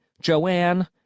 Joanne